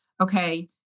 okay